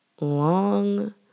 long